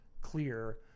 clear